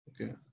Okay